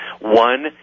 One